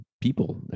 people